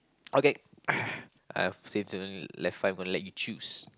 okay uh since only left five I will let you choose